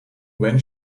when